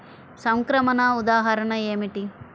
సంక్రమణ ఉదాహరణ ఏమిటి?